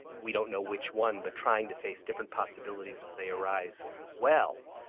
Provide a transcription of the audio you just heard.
we don't know which one, but trying to face different possibilities as they arise well,